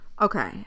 Okay